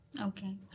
Okay